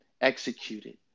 executed